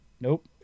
nope